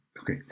Okay